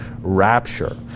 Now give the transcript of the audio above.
rapture